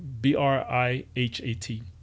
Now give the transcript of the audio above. b-r-i-h-a-t